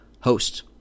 host